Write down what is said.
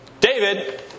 David